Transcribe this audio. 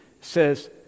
says